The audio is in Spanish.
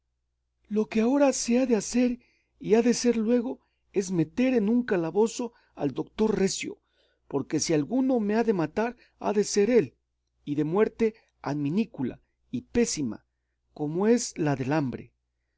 lo que agora se ha de hacer y ha de ser luego es meter en un calabozo al doctor recio porque si alguno me ha de matar ha de ser él y de muerte adminícula y pésima como es la de la hambre